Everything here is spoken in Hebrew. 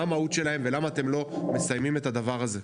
מה המהות שלהם ולמה אתם לא מסיימים את הדבר הזה.